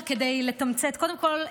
כדי לתמצת אני אגיד דבר כזה: קודם כול,